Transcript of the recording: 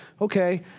Okay